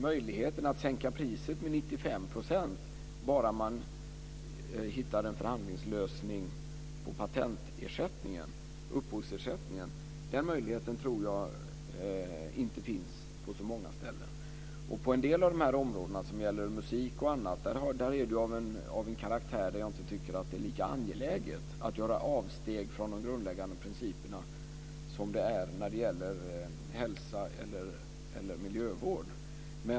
Möjligheten att sänka priset med 95 % om man bara hittar en förhandlingslösning i fråga om patentersättningen finns nog inte på så många ställen. En del av de områden som gäller musik och annat är av den karaktären att jag inte tycker att det är lika angeläget att göra avsteg från de grundläggande principerna som det är när det gäller hälsa eller miljövård.